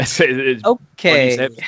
Okay